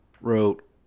wrote